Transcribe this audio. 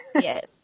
Yes